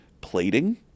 plating